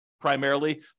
primarily